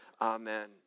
Amen